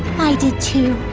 i did too.